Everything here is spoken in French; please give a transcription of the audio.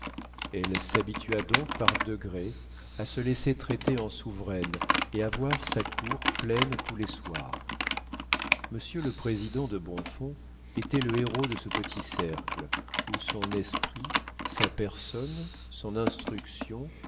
elle s'habitua donc par degrés à se laisser traiter en souveraine et à voir sa cour pleine tous les soirs monsieur le président de bonfons était le héros de ce petit cercle où son esprit sa personne son instruction